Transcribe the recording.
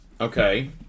Okay